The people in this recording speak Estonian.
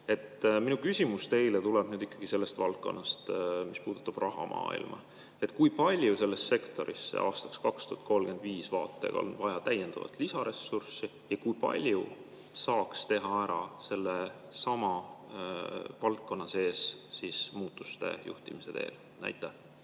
Minu küsimus teile tuleb nüüd ikkagi sellest valdkonnast, mis puudutab rahamaailma. Kui palju sellesse sektorisse aastaks 2035 on vaja täiendavat lisaressurssi ja kui palju saaks teha ära sellesama valdkonna sees muutuste juhtimise teel? Aitäh,